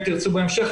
אם תרצו בהמשך,